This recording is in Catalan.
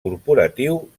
corporatiu